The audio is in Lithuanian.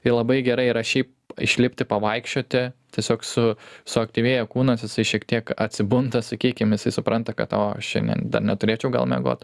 ir labai gerai yra šiaip išlipti pavaikščioti tiesiog su suaktyvėja kūnas jisai šiek tiek atsibunda sakykim jisai supranta kad o šiandien neturėčiau gal miegot